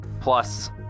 plus